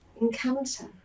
encounter